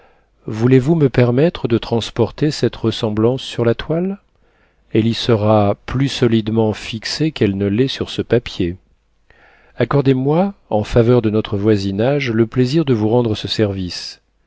voulez-vous me permettre de transporter cette ressemblance sur la toile elle y sera plus solidement fixée qu'elle ne l'est sur ce papier accordez-moi en faveur de notre voisinage le plaisir de vous rendre ce service